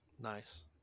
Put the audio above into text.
Nice